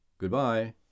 Goodbye